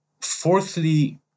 Fourthly